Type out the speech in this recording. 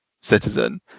citizen